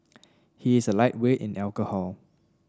he is a lightweight in alcohol